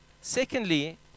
secondly